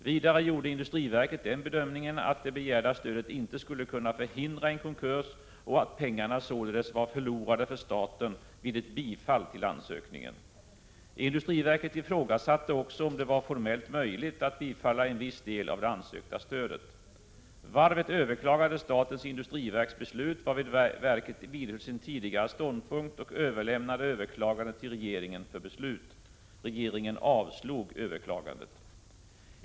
Vidare gjorde industriverket den bedömningen att det begärda stödet inte skulle förhindra en konkurs, och att pengarna således var förlorade för staten vid ett bifall till ansökningen. Industriverket ifrågasatte också om det var formellt möjligt att bifalla en viss del av det ansökta stödet. Varvet överklagade statens industriverks beslut varvid verket vidhöll sin tidigare ståndpunkt och överlämnade överklagandet till regeringen för beslut. Regeringen avslog överklagandet.